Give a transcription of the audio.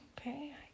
okay